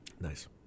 Nice